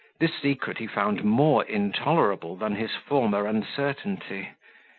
this secret he found more intolerable than his former uncertainty.